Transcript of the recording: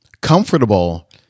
Comfortable